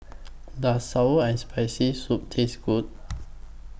Does Sour and Spicy Soup Taste Good